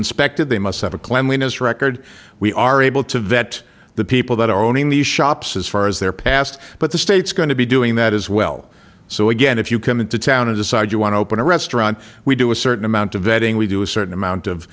inspected they must have a cleanliness record we are able to vet the people that are owning these shops as far as their past but the state's going to be doing that as well so again if you come into town and decide you want to open a restaurant we do a certain amount of vetting we do a certain amount of